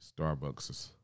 Starbucks